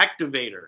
activator